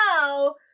no